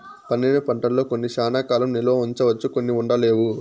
పండిన పంటల్లో కొన్ని శ్యానా కాలం నిల్వ ఉంచవచ్చు కొన్ని ఉండలేవు